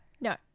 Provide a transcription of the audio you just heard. No